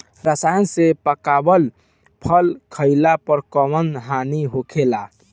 रसायन से पकावल फल खइला पर कौन हानि होखेला?